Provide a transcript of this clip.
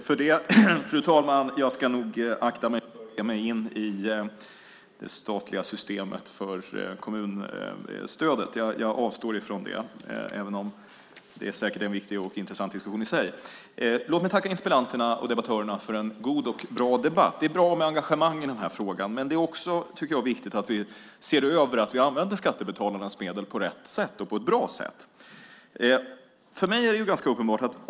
Fru talman! Jag ska nog akta mig för att ge mig in i det statliga systemet för kommunstödet. Jag avstår från det, även om det säkert är en viktig och intressant diskussion i sig. Låt mig tacka interpellanterna och debattörerna för en god och bra debatt. Det är bra med engagemang i den här frågan, men det är också, tycker jag, viktigt att vi ser över att vi använder skattebetalarnas medel på rätt sätt och på ett bra sätt. För mig är detta ganska uppenbart.